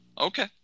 Okay